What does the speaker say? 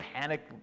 panic